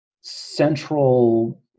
central